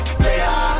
player